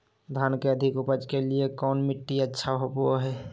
धान के अधिक उपज के लिऐ कौन मट्टी अच्छा होबो है?